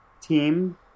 team